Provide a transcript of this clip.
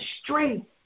strength